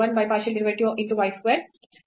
ಇಲ್ಲಿ ದರ್ಜೆಯು 2 ಆಗಿತ್ತು